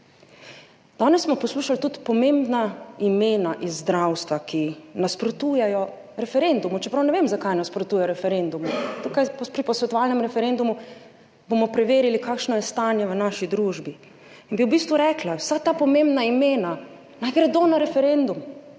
Danes smo poslušali tudi pomembna imena iz zdravstva, ki nasprotujejo referendumu, čeprav ne vem zakaj nasprotujejo referendumu, tukaj pri posvetovalnem referendumu bomo preverili kakšno je stanje v naši družbi in bi v bistvu rekla, vsa ta pomembna imena naj gredo na referendum